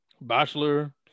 Bachelor